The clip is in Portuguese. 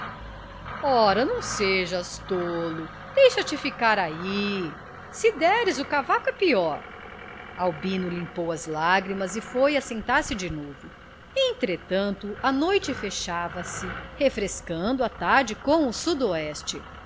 ora não sejas tolo deixa-te ficar ai se deres o cavaco é pior albino limpou as lágrimas e foi sentar-se de novo entretanto a noite fechava-se refrescando a tarde com